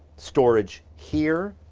storage here,